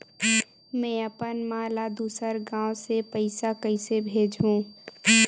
में अपन मा ला दुसर गांव से पईसा कइसे भेजहु?